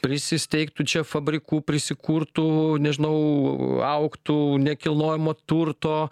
prisisteigtų čia fabrikų prisikurtų nežinau augtų nekilnojamo turto